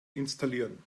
installieren